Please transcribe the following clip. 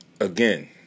again